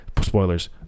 Spoilers